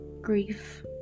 grief